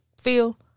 feel